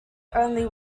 only